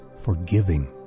forgiving